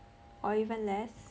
or even less